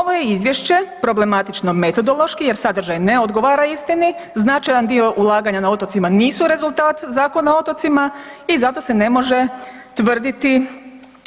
Ovo je izvješće problematično metodološki jer sadržaj ne odgovara istini, značajan dio ulaganja na otocima nisu rezultat Zakona o otocima i zato se ne može tvrditi